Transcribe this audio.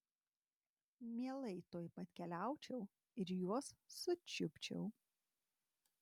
mielai tuoj pat keliaučiau ir juos sučiupčiau